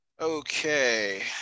Okay